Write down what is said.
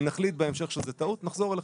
אם נחליט בהמשך שזאת טעות, נחזור אליכם.